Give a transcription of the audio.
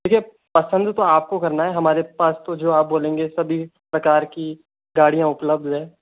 जी पसंद तो आपको करना है हमारे पास तो जो आप बोलेंगे सभी प्रकार की गाड़ियाँ उपलब्ध है